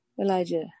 Elijah